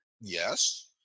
Yes